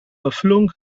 erfüllung